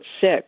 sick